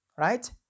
Right